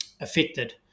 affected